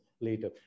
later